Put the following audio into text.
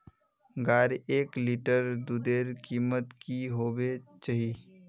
गायेर एक लीटर दूधेर कीमत की होबे चही?